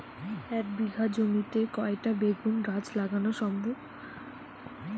এক বিঘা জমিতে কয়টা বেগুন গাছ লাগানো সম্ভব?